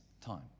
Time